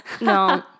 no